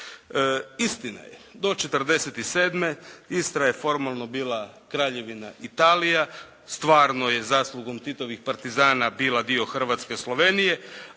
Istina je, do '47. Istra je formalno bila Kraljevina Italija. Stvarno je zaslugom Titovih partizana bila dio Hrvatske, Slovenije.